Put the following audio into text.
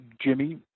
Jimmy